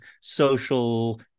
social